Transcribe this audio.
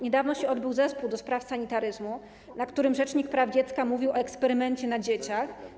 Niedawno odbyło się posiedzenie zespołu do spraw sanitaryzmu, na którym rzecznik praw dziecka mówił o eksperymencie na dzieciach.